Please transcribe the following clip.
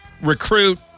recruit